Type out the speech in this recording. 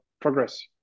progress